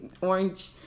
orange